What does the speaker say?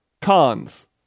Cons